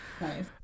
Nice